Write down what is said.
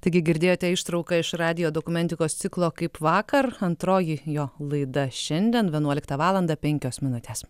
taigi girdėjote ištrauką iš radijo dokumentikos ciklo kaip vakar antroji jo laida šiandien vienuoliktą valandą penkios minutės